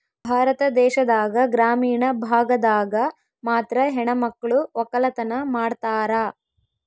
ಭಾರತ ದೇಶದಾಗ ಗ್ರಾಮೀಣ ಭಾಗದಾಗ ಮಾತ್ರ ಹೆಣಮಕ್ಳು ವಕ್ಕಲತನ ಮಾಡ್ತಾರ